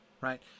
right